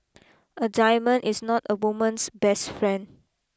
a diamond is not a woman's best friend